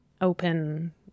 open